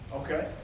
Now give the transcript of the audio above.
okay